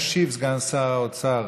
ישיב סגן שר האוצר